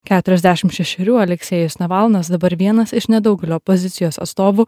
keturiasdešim šešerių aleksejus navalnas dabar vienas iš nedaugelio opozicijos atstovų